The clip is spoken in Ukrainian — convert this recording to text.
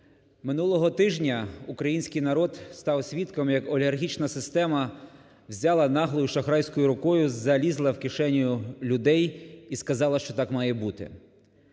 минулого тижня український народ став свідком, як олігархічна система взяла, наглою шахрайською рукою залізла в кишеню людей і сказала, що так має бути.